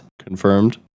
confirmed